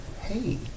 Hey